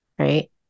Right